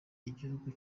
igihugu